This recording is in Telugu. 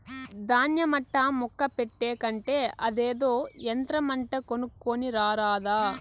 దాన్య మట్టా ముక్క పెట్టే కంటే అదేదో యంత్రమంట కొనుక్కోని రారాదా